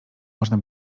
można